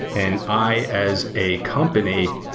and i, as a company,